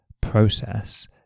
process